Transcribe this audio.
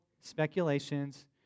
speculations